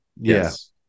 yes